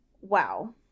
wow